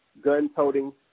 gun-toting